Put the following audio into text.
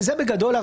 זה הרעיון בגדול.